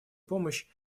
помощь